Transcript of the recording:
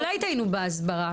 אולי טעינו בהסברה,